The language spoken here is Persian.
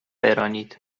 برانید